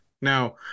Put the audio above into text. Now